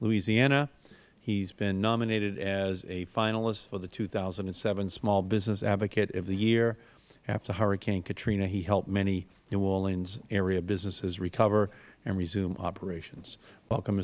louisiana he has been nominated as a finalist for the two thousand and seven small business advocate of the year after hurricane katrina he helped many new orleans area businesses recover and resume operations welcome